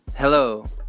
Hello